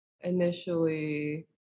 initially